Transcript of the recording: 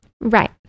Right